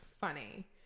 funny